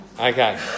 Okay